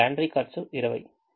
laundry ఖర్చు 20